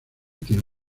tiene